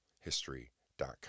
history.com